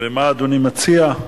מה אדוני מציע,